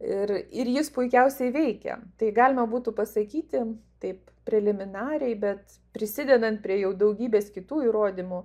ir ir jis puikiausiai veikia tai galima būtų pasakyti taip preliminariai bet prisidedant prie jau daugybės kitų įrodymų